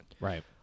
Right